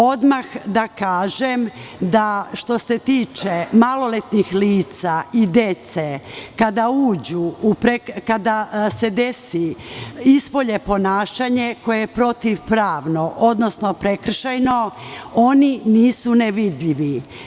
Odmah da kažem da, što se tiče maloletnih lica i dece, kada se desi da ispolje ponašanje koje je protivpravno, odnosno prekršajno, oni nisu nevidljivi.